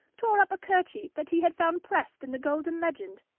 tore up a kerchief that he had found, pressed in the golden legend,